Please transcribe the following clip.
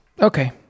okay